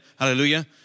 Hallelujah